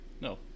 No